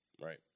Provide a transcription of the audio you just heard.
right